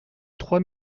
trois